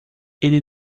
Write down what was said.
ele